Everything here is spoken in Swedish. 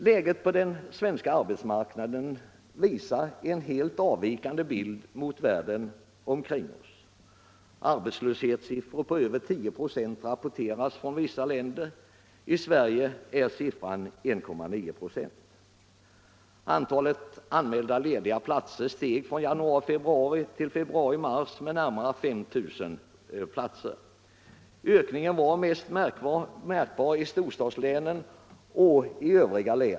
Läget på den svenska arbetsmarknaden visar en bild som helt avviker från världen omkring oss. Arbetslöshetssiffror på över 10 96 rapporteras från vissa länder. I Sverige är arbetslösheten 1,9 96. Antalet anmälda lediga platser steg från januari-februari till februari-mars med närmare 5 000. Ökningen var mest märkbar i storstadslänen.